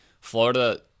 Florida